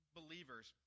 believers